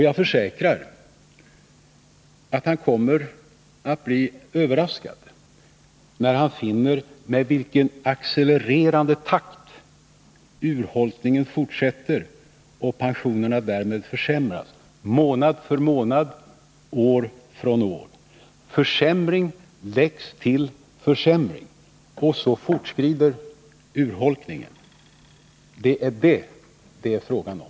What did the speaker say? Jag försäkrar att Allan Åkerlind kommer att bli överraskad, när han finner med vilken accelererande takt urholkningen fortsätter och pensionerna därmed försämras månad för månad, år för år. Försämring läggs till försämring, och så fortsätter urholkningen. Det är det som det är fråga om.